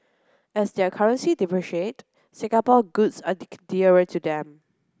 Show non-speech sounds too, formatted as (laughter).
as their currencies depreciate Singapore goods are (unintelligible) dearer to them